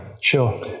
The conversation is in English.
Sure